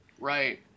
Right